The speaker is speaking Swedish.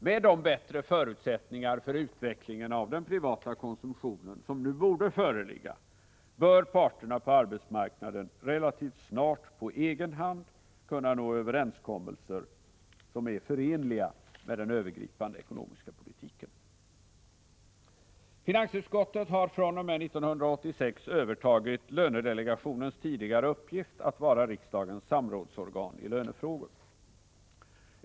Med de bättre förutsättningar för utvecklingen av den privata konsumtionen som nu borde föreligga bör parterna på arbetsmarknaden relativt snart på egen hand kunna nå överenskommelser som är förenliga med den övergripande ekonomiska politiken. Finansutskottet har fr.o.m. 1986 övertagit lönedelegationens tidigare uppgift att vara riksdagens samrådsorgan i lönefrågor.